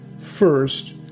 first